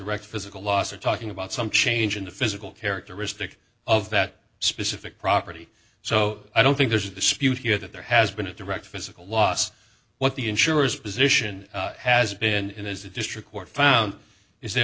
direct physical loss or talking about some change in the physical characteristic of that specific property so i don't think there's a dispute here that there has been a direct physical loss what the insurers position has been as a district court found is that